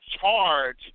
charge